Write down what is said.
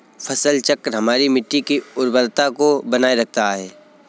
फसल चक्र हमारी मिट्टी की उर्वरता को बनाए रखता है